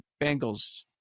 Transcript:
Bengals